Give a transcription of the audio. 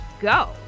go